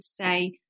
say